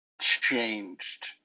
changed